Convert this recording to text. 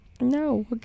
no